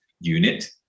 unit